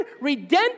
redemptive